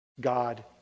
God